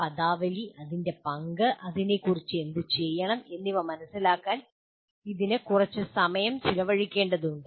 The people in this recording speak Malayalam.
പദാവലി അതിന്റെ പങ്ക് അതിനെക്കുറിച്ച് എന്തുചെയ്യണം എന്നിവ മനസിലാക്കാൻ ഇതിന് കുറച്ച് സമയം ചിലവഴിക്കേണ്ടതുണ്ട്